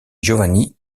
giovanni